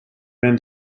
been